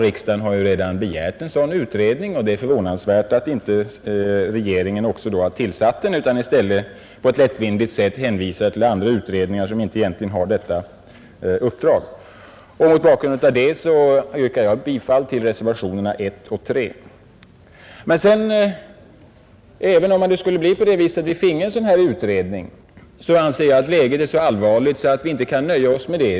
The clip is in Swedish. Riksdagen har redan begärt en sådan utredning, och det är förvånansvärt att regeringen inte har igångsatt den utan i stället på ett lättvindigt sätt hänvisat till andra utredningar som egentligen inte har detta uppdrag. Mot bakgrunden av detta yrkar jag bifall till reservationerna 1 och 3. Även om vi finge en sådan utredning, anser jag emellertid att läget är så allvarligt att vi inte kan nöja oss med det.